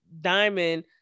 diamond